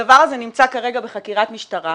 הדבר הזה נמצא כרגע בחקירת משטרה.